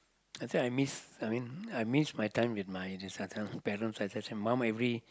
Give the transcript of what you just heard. I think I miss I mean I miss my time with my this one parents mom especially every